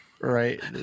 Right